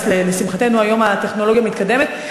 לשמחתנו היום הטכנולוגיה מתקדמת,